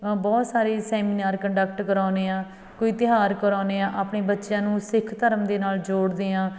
ਬਹੁਤ ਸਾਰੇ seminar conduct ਕਰਾਉਂਦੇ ਹਾਂ ਕੋਈ ਤਿਉਹਾਰ ਕਰਾਉਂਦੇ ਹਾਂ ਆਪਣੇ ਬੱਚਿਆਂ ਨੂੰ ਸਿੱਖ ਧਰਮ ਦੇ ਨਾਲ ਜੋੜਦੇ ਹਾਂ